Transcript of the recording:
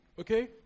Okay